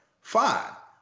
five